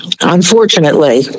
unfortunately